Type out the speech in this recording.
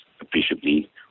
appreciably